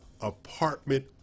apartment